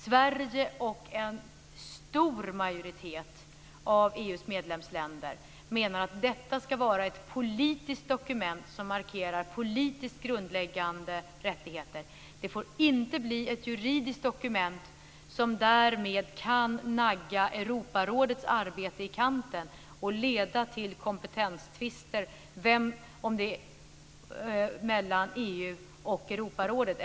Sverige och en stor majoritet av EU:s medlemsländer menar att detta ska vara ett politiskt dokument, som markerar politiskt grundläggande rättigheter. Det får inte bli ett juridiskt dokument, som därmed kan nagga Europarådets arbete i kanten och leda till kompetenstvister mellan EU och Europarådet.